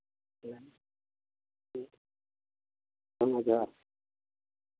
ᱚᱱᱟᱜᱮ